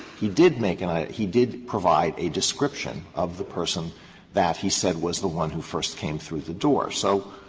he did make an ah he did provide a description of the person that he said was the one who first came through the door. so,